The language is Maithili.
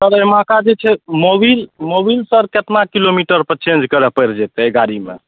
सर एहिमेका जे छै मोबिल मोबिल सर कतना किलोमीटरपर चेन्ज करै पड़ि जएतै एहि गाड़ीमे